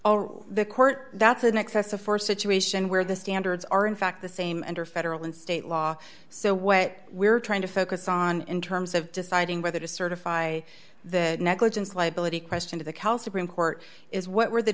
all the court that's an excessive force situation where the standards are in fact the same under federal and state law so what we're trying to focus on in terms of deciding whether to certify the negligence liability question to the cal supreme court is what were the